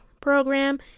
program